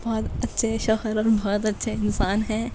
بہت اچھے شوہر اور بہت اچھے انسان ہیں